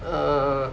uh